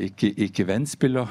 iki iki ventspilio